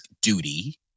duty